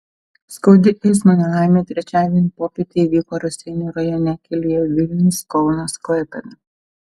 skaudi eismo nelaimė trečiadienio popietę įvyko raseinių rajone kelyje vilnius kaunas klaipėda